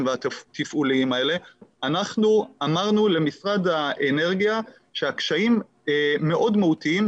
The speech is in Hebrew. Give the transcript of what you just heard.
והתפעוליים האלה אנחנו אמרנו למשרד האנרגיה שהקשיים מאוד מהותיים,